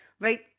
right